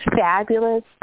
fabulous